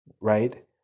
right